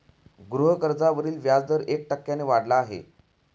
गृहकर्जावरील व्याजदर एक टक्क्याने वाढला आहे